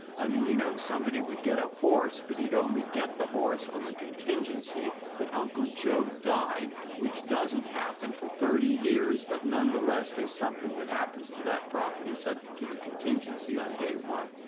i mean, you know, somebody would get a horse, but he'd only get the horse on the contingency that uncle joe died, which doesn't happen for thirty years. but, nonetheless, say something that happens to that property subject to the contingency on day one.